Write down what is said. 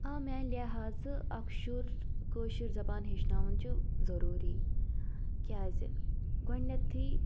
آ میٛانہِ لحاظہٕ اَکھ شُر کٲشِر زَبان ہیٚچھناوُن چھُ ضروٗری کیٛازِ گۄڈٕنٮ۪تھٕے